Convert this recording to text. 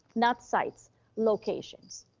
not sites locations.